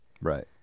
Right